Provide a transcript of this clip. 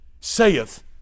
saith